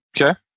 Okay